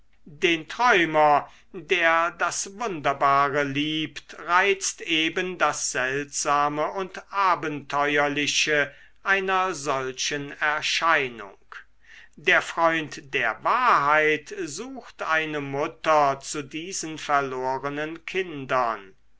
den träumer der das wunderbare liebt reizt eben das seltsame und abenteuerliche einer solchen erscheinung der freund der wahrheit sucht eine mutter zu diesen verlorenen kindern